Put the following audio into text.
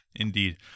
Indeed